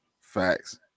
Facts